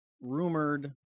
rumored